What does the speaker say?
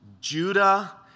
Judah